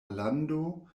lando